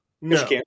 No